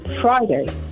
Friday